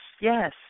yes